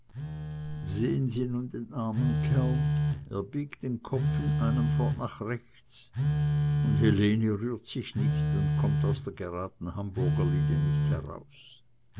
sehen sie nun den armen kerl er biegt den kopf in einem fort nach rechts und helene rührt sich nicht und kommt aus der graden hamburger linie nicht heraus